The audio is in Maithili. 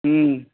हूँ